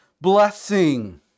blessing